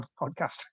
podcast